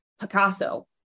Picasso